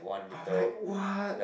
I'm like what